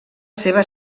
seva